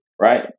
Right